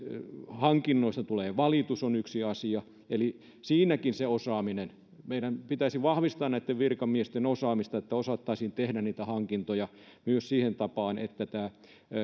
hankinnoista tulee valitus se on yksi asia eli siinäkin on se osaaminen meidän pitäisi vahvistaa näiden virkamiesten osaamista että osattaisiin tehdä niitä hankintoja myös siihen tapaan että myös